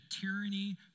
tyranny